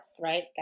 right